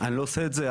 אני לא עושה את זה.